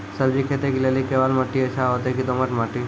सब्जी खेती के लेली केवाल माटी अच्छा होते की दोमट माटी?